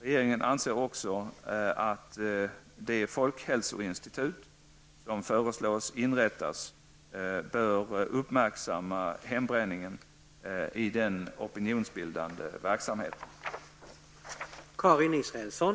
Regeringen anser också att det folkhälsoinstitut som föreslås inrättas bör uppmärksamma hembränningen i den opinionsbildande verksamheten.